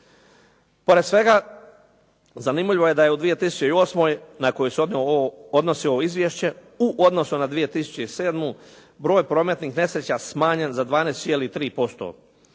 Pored svega zanimljivo je da je u 2008. na koju se odnosi ovo izvješće u odnosu na 2007. broj prometnih nesreća smanjen za 12,3%,